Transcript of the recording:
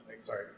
sorry